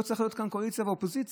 לא צריך להיות כאן קואליציה ואופוזיציה,